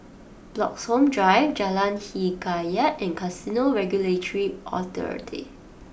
Bloxhome Drive Jalan Hikayat and Casino Regulatory Authority